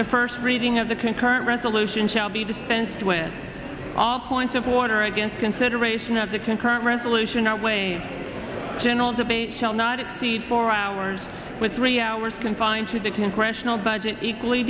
the first reading of the concurrent resolution shall be dispensed with all points of order against consideration of the concurrent resolution our way general debate shall not exceed four hours with three hours confined to the congressional budget equally